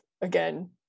again